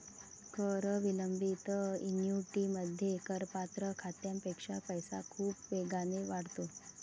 कर विलंबित ऍन्युइटीमध्ये, करपात्र खात्यापेक्षा पैसा खूप वेगाने वाढतो